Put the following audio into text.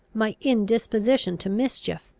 my indisposition to mischief,